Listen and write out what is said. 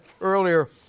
earlier